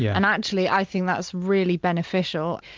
yeah and actually, i think that's really beneficial.